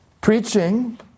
Preaching